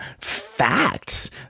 facts